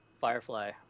Firefly